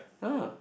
!huh!